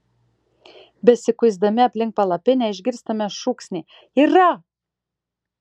besikuisdami aplink palapinę išgirstame šūksnį yra